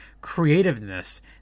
creativeness